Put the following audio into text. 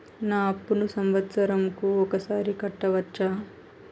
నా అప్పును సంవత్సరంకు ఒకసారి కట్టవచ్చా?